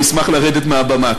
ואני אשמח לרדת מהבמה.